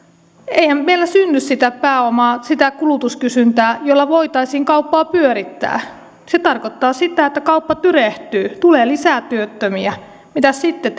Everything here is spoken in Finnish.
eihän meillä synny sitä pääomaa sitä kulutuskysyntää jolla voitaisiin kauppaa pyörittää se tarkoittaa sitä että kauppa tyrehtyy tulee lisää työttömiä mitäs sitten